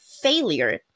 failure